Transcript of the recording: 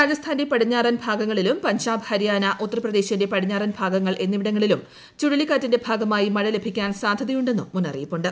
രാജസ്ഥാന്റെ പടിഞ്ഞാറൻ ഭാഗങ്ങളിലും പഞ്ചാബ് ഹരിയാന ഉത്തർപ്രദേശിന്റെ പടിഞ്ഞാറൻ ഭാഗങ്ങൾ എന്നിവിടങ്ങളിലും ചുഴലിക്കാറ്റിന്റെ ഭാഗമായി മഴ ലഭിക്കാൻ സാധ്യതയുണ്ടെന്നും മുന്നറിയിപ്പുണ്ട്